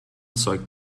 zeugt